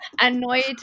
annoyed